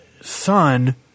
son